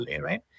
right